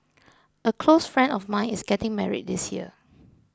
a close friend of mine is getting married this year